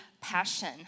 passion